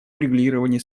урегулировании